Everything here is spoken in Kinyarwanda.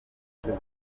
ntago